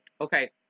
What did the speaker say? Okay